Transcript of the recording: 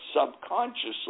subconsciously